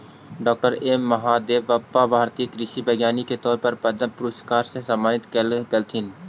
डॉ M Mahadevappa भारतीय कृषि वैज्ञानिक के तौर पर पद्म भूषण पुरस्कार से सम्मानित कएल गेलथीन